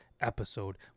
episode